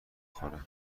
خوره